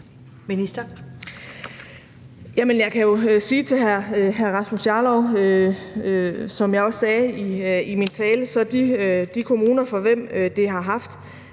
Jamen jeg kan jo sige til hr. Rasmus Jarlov, som jeg også sagde i min tale, at de kommuner, for hvem det har haft